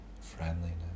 friendliness